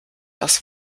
das